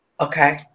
Okay